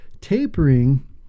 Tapering